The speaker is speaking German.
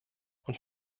und